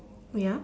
ya